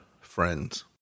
Friends